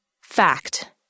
Fact